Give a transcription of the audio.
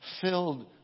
filled